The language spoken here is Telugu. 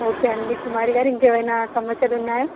ఓకే అండి కుమారి గారు ఇంకా ఏమైన సమస్యలు ఉన్నాయా